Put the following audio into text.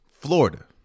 Florida